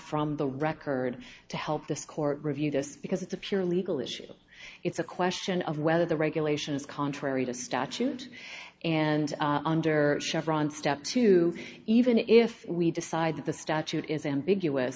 from the record to help this court review this because it's a pure legal issue it's a question of whether the regulation is contrary to statute and under chevron step two even if we decide that the statute is ambiguous